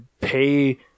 pay